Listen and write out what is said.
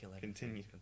Continue